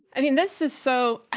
i mean, this is so,